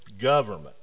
government